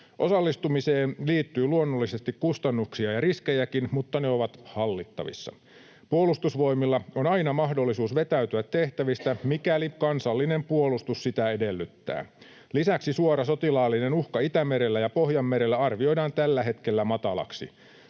Osallistumiseen liittyy luonnollisesti kustannuksia ja riskejäkin, mutta ne ovat hallittavissa. Puolustusvoimilla on aina mahdollisuus vetäytyä tehtävistä, mikäli kansallinen puolustus sitä edellyttää. Lisäksi suora sotilaallinen uhka Itämerellä ja Pohjanmerellä arvioidaan tällä hetkellä matalaksi.